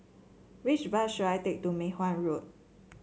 which bus should I take to Mei Hwan Road